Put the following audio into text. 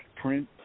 print